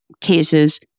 cases